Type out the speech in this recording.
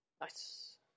nice